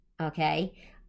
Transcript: okay